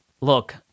look